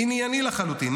ענייני לחלוטין,